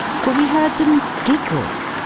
for we heard them giggle,